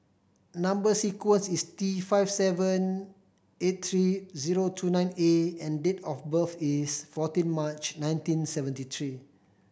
number sequence is T five seven eight three zero two nine A and date of birth is fourteen March nineteen seventy three